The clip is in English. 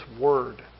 word